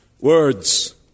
Words